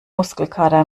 muskelkater